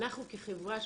אנחנו כחברה,